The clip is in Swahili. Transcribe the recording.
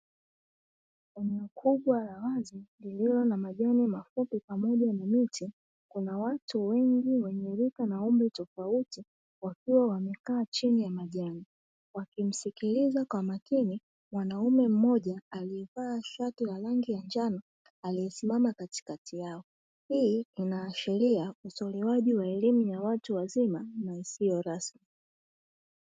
Eneo kubwa la wazi lililo na majani mafupi pamoja na miti, kuna watu wengi wenye rika na umri tofauti wakiwa wamekaa chini ya majani, wakimsikiliza kwa makini mwanaume mmoja aliyevaa shati la rangi ya njano aliyesimama katikati yao. Hii inaashiria utolewaji wa elimu ya watu wazima na isiyo rasmi.